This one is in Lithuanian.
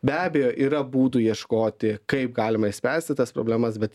be abejo yra būtų ieškoti kaip galima išspręsti tas problemas bet